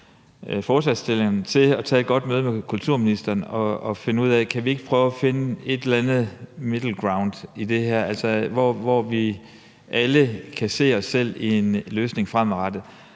til at tage et godt møde med kulturministeren for at prøve at se, om man ikke kan finde en eller anden middelvej i det her, så vi alle kan se os selv i en løsning fremadrettet.